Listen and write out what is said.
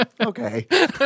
Okay